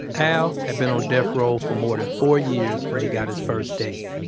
al had been on death row for more than four years when he got his first date.